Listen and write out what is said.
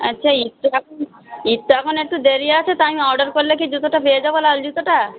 আচ্ছা ঈদ তো এখন ঈদ তো এখন একটু দেরি আছে তাই আমি অর্ডার করলে কি জুতোটা পেয়ে যাবো লাল জুতোটা